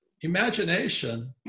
Imagination